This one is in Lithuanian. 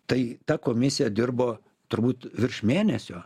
tai ta komisija dirbo turbūt virš mėnesio